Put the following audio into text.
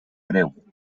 greu